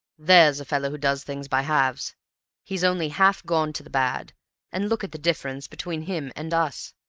there's a fellow who does things by halves he's only half gone to the bad and look at the difference between him and us!